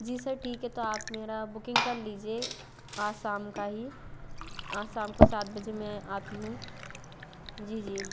जी sir ठीक है तो आप मेरा बुकिंग कर लीजिए आज शाम का ही आज शाम को सात बजे मैं आती हूँ जी जी